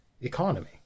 economy